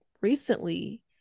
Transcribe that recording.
recently